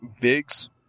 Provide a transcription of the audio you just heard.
biggs